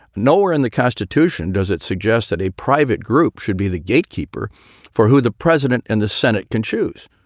nowhere in the constitution does it suggest that a private group should be the gatekeeper for who the president and the senate can choose.